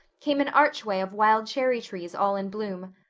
came an archway of wild cherry trees all in bloom.